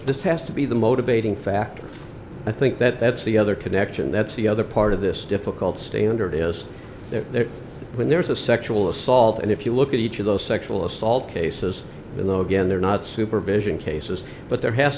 this has to be the motivating factor i think that that's the other connection that's the other part of this difficult standard is there when there's a sexual assault and if you look at each of those sexual assault cases though again they're not supervision cases but there has